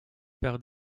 par